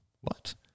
What